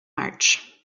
march